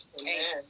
Amen